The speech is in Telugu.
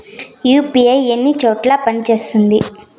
యు.పి.ఐ అన్ని చోట్ల పని సేస్తుందా?